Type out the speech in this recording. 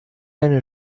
eine